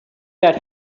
that